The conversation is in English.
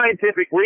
scientific